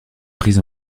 prises